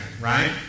right